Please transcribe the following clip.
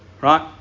Right